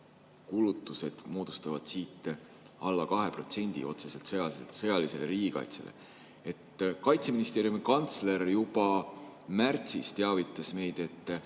kulutused moodustavad siin alla 2%, [nii palju läheb] otseselt sõjalisele riigikaitsele. Kaitseministeeriumi kantsler juba märtsis teavitas meid, et